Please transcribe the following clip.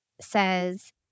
says